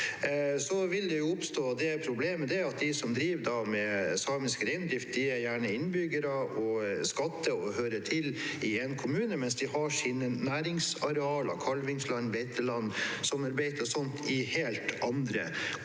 vil det oppstå et problem ved at de som driver med samisk reindrift, gjerne er innbyggere og skatter og hører til i én kommune, mens de har sine næringsarealer, kalvingsland, beite land, sommerbeite og sånt i helt andre kommuner.